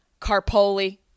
Carpoli